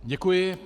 Děkuji.